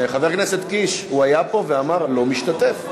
הוא היה פה ואמר "לא משתתף".